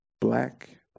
black